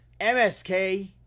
MSK